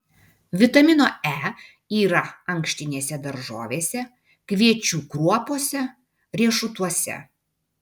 vitamino e yra ankštinėse daržovėse kviečių kruopose riešutuose